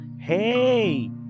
Hey